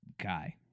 guy